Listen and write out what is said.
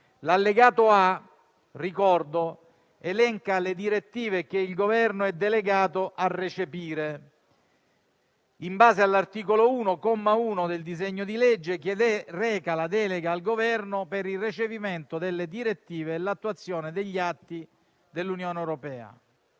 l'allegato A elenca le direttive che il Governo è delegato a recepire, in base all'articolo 1, comma 1, del disegno di legge, che reca la delega al Governo per il recepimento delle direttive e l'attuazione degli atti dell'Unione europea.